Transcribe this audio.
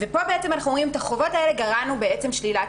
ופה אנחנו אומרים שאת החובות האלה גרענו בעצם שלילת